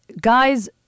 guys